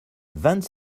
vingt